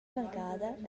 vargada